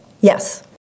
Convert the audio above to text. Yes